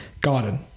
garden